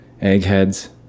Eggheads